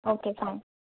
okay fine